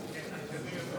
נכבדיי,